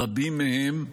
רבים מהם נכונים,